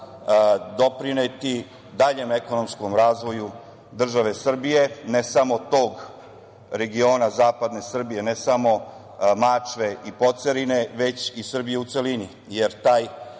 doprineti daljem ekonomskom razvoju države Srbije, ne samo tog regiona, Zapadne Srbije, ne samo Mačve i Pocerine, već i Srbije u celini, jer ta